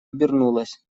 обернулась